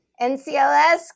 NCLS